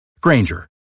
Granger